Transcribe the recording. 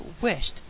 wished